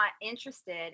interested